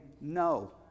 no